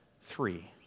three